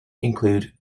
include